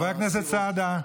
חבר הכנסת סעדה,